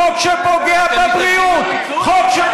חוק שפוגע בסביבה.